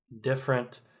different